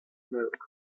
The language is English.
milk